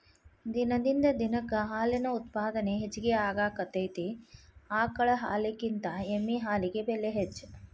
ದಿನದಿಂದ ದಿನಕ್ಕ ಹಾಲಿನ ಉತ್ಪಾದನೆ ಹೆಚಗಿ ಆಗಾಕತ್ತತಿ ಆಕಳ ಹಾಲಿನಕಿಂತ ಎಮ್ಮಿ ಹಾಲಿಗೆ ಬೆಲೆ ಹೆಚ್ಚ